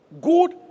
Good